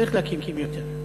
צריך להקים יותר.